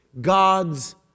God's